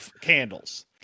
candles